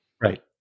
Right